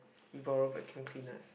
you borrow vacuum peanuts